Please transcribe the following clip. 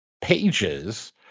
pages